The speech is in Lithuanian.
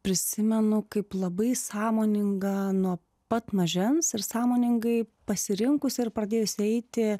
prisimenu kaip labai sąmoningą nuo pat mažens ir sąmoningai pasirinkus ir pradėjus eiti